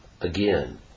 again